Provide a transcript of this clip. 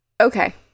Okay